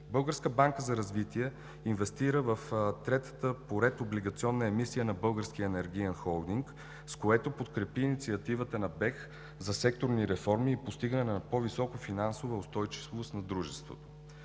Българската банка за развитие инвестира в третата по ред облигационна емисия на Българския енергиен холдинг, с което подкрепи инициативата му за секторни реформи и постигане на по-висока финансова устойчивост на дружеството.